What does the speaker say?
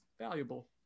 valuable